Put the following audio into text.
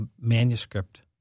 manuscript